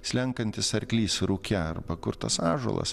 slenkantis arklys rūke arba kur tas ąžuolas